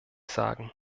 sagen